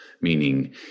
Meaning